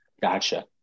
gotcha